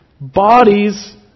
bodies